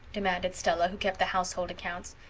demanded stella, who kept the household accounts.